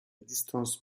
distance